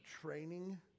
training